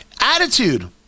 Attitude